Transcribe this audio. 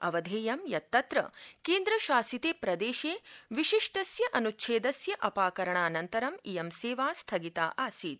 अवधेयं यत् तत्र केन्द्रशासिते प्रदेशे विशिष्टस्य अन्च्छेदस्य अपाकरणानन्तरं इयं सेवा स्थगिता आसीत्